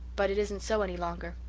but it isn't so any longer.